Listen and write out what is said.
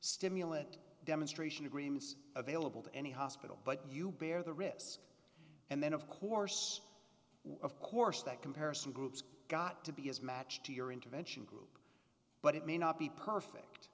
stimulant demonstration agreements available to any hospital but you bear the risk and then of course of course that comparison groups got to be as matched to your intervention group but it may not be perfect